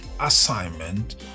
assignment